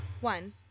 One